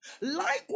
Likewise